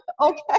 Okay